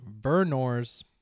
Vernors